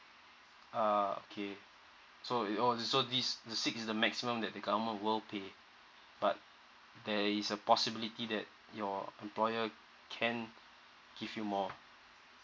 ah okay so it all so this the six is the maximum that government will pay but there is a possibility that your employer can give you more